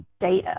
data